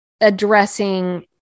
addressing